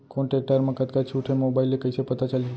कोन टेकटर म कतका छूट हे, मोबाईल ले कइसे पता चलही?